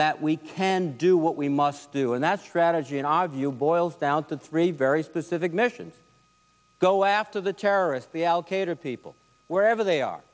that we can do what we must do and that strategy in our view boils down to three very specific missions go after the terrorists the al qaeda people wherever they are